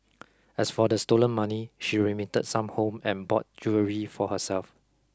as for the stolen money she remitted some home and bought jewellery for herself